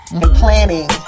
planning